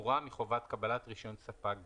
פטורה מחובת קבלת רישיון ספק גז.